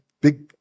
big